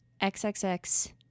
XXX